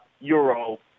euro